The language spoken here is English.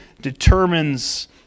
determines